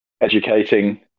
educating